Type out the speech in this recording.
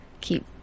keep